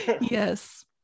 Yes